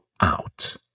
out